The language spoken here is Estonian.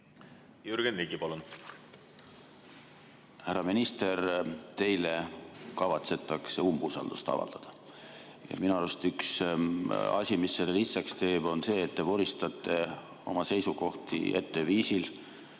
Jürgen Ligi, palun! Härra minister, teile kavatsetakse umbusaldust avaldada ja minu arust üks asi, mis selle lihtsaks teeb, on see, et te vuristate oma seisukohti ette viisil,